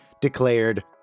declared